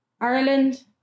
Ireland